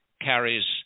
carries